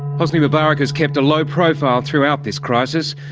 hosni mubarak has kept a low profile throughout this crisis.